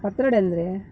ಪತ್ರೊಡೆ ಅಂದರೆ